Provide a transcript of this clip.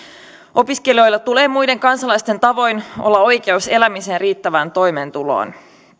opiskelijoilla tulee muiden kansalaisten tavoin olla oikeus elämiseen riittävään toimeentuloon